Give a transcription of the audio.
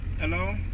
Hello